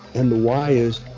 and the why is,